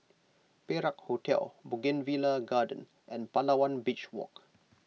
Perak Hotel Bougainvillea Garden and Palawan Beach Walk